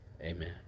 amen